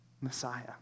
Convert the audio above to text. Messiah